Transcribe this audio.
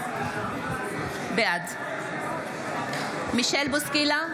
בעד מישל בוסקילה,